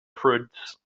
prudes